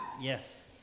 Yes